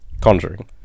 Conjuring